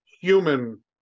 human